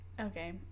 Okay